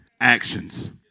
actions